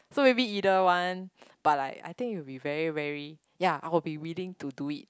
so maybe either one but like I think it will be very very ya I will be willing to do it